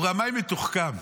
הוא רמאי מתוחכם.